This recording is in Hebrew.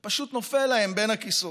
זה פשוט נופל להם בין הכיסאות.